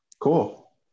cool